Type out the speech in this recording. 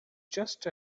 just